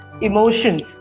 emotions